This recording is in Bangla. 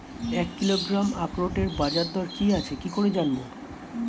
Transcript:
এক কিলোগ্রাম আখরোটের বাজারদর কি আছে কি করে জানবো?